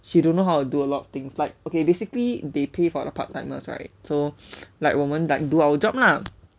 she don't know how to do a lot of things like okay basically they pay for part timers right so like 我们 like do our job lah